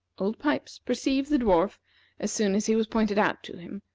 old pipes perceived the dwarf as soon as he was pointed out to him,